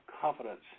confidence